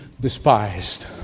despised